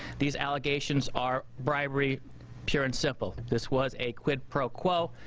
these allegations are bribery pure and simple. this was a quid pro quo,